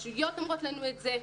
רשויות אומרות לנו את זה.